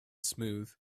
smooth